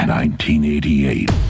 1988